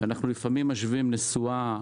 לפעמים אנחנו משווים נסועה,